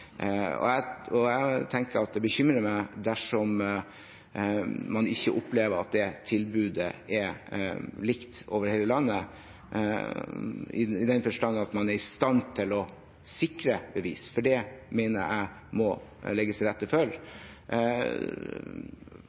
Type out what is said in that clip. Jeg tenker at det bekymrer meg dersom man ikke opplever at det tilbudet er likt over hele landet i den forstand at man er i stand til å sikre bevis, for det mener jeg at det må legges til rette for.